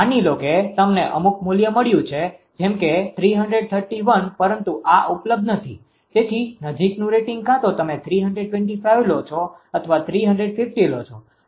માની લો કે તમને અમુક મૂલ્ય મળ્યું છે જેમ કે 331 પરંતુ આ ઉપલબ્ધ નથી તેથી નજીકનું રેટિંગ કાં તો તમે 325 લો છો અથવા 350 લો છો પરંતુ 331 નહિ